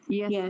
yes